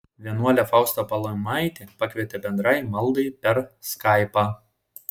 vienuolė fausta palaimaitė pakvietė bendrai maldai per skaipą